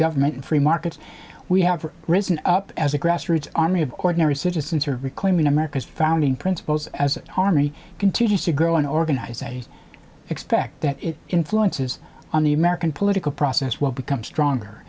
government and free markets we have risen up as a grassroots army of ordinary citizens who are reclaiming america's founding principles as harmony continues to grow and organize they expect that influences on the american political process will become stronger